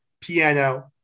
piano